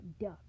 duck